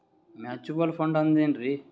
Mutual fund ಅಂದ್ರೆನ್ರಿ?